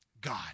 God